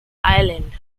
island